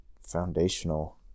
foundational